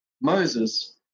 Moses